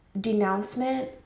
denouncement